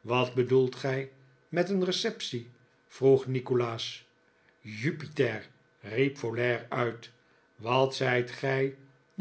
wat bedoelt gij met een receptie vroeg nikolaas jupiter riep folair uit wat zijt gij toch